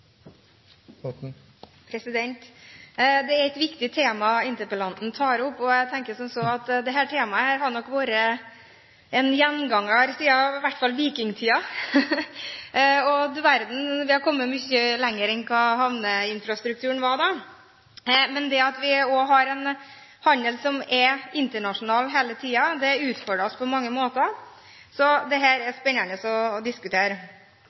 et viktig tema interpellanten tar opp. Jeg tenker som så at dette temaet nok har vært en gjenganger, i hvert fall siden vikingtiden. Du verden, vi har kommet mye lenger med havnestrukturen siden da. Vi har en internasjonal handel som hele tiden utfordrer oss på mange måter. Så dette er spennende å diskutere.